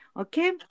Okay